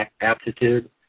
aptitude